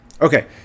Okay